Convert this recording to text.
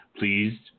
please